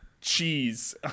cheese